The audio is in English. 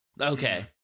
Okay